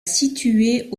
situer